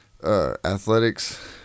Athletics